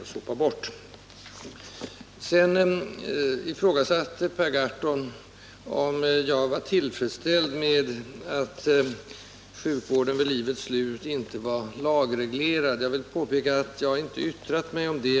Sedan ifrågasatte Per Gahrton om jag var tillfredsställd med att sjukvården vid livets slut inte var lagreglerad. Jag vill påpeka att jag har inte yttrat mig om det.